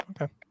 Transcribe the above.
okay